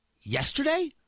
Yesterday